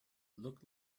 looked